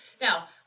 now